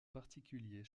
particulier